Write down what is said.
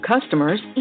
customers